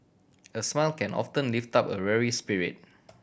a smile can often lift up a weary spirit